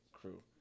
crew